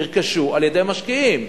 11,000 יחידות דיור נרכשו על-ידי משקיעים.